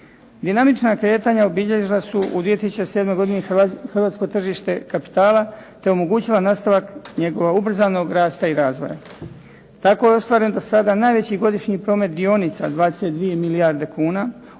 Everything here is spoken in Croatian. Dinamična kretanja obilježila su u 2007. godini hrvatsko tržište kapitala, te omogućila nastavak njegova ubrzanog rasta i razvoja. Tako je ostvaren do sada najveći godišnji promet dionica 22 milijarde kuna